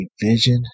vision